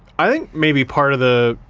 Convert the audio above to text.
i think maybe part of the